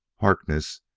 harkness,